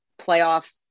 playoffs